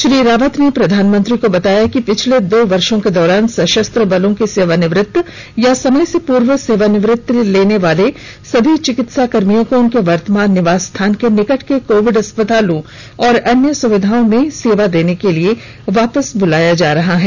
श्री रावत ने प्रधानमंत्री को बताया कि पिछले दो वर्ष के दौरान सशस्त्र बलों के सेवानिवृत्त या समय से पूर्व सेवानिवृत्ति लेने वाले सभी चिकित्सा कर्मियों को उनके वर्तमान निवास स्थान के निकट के कोविड अस्पतालों और अन्य सुविधाओं में सेवा देने के लिए वापस बुलाया जा रहा है